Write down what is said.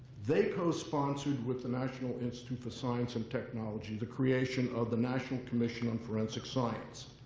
they co-sponsored with the national institute for science and technology the creation of the national commission on forensic science.